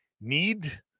need